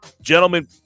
gentlemen